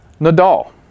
Nadal